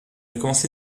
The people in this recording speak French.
commencé